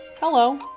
Hello